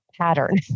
pattern